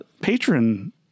patron